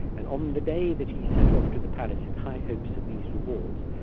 and on the day that he set off to the palace in high hopes of these rewards,